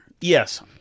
Yes